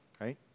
right